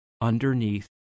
underneath